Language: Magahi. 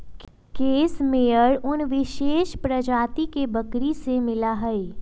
केस मेयर उन विशेष प्रजाति के बकरी से मिला हई